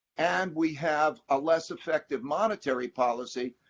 and we have a less effective monetary policy,